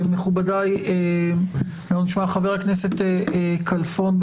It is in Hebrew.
חבר הכנסת כלפון,